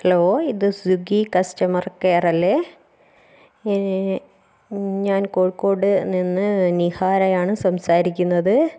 hello ഇത് Swiggy customer care അല്ലേ ഞാൻ കോഴിക്കോട് നിന്ന് നിഹാരയാണ് സംസാരിക്കുന്നത്